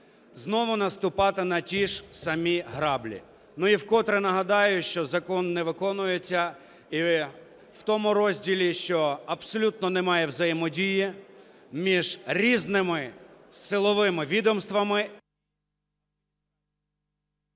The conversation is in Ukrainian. знову наступати на ті ж самі граблі. Ну, і вкотре нагадаю, що закон не виконується в тому розділі, що абсолютно немає взаємодії між різними силовими відомствами…